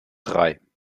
drei